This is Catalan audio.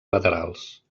laterals